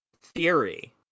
theory